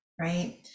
right